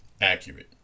accurate